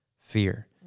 fear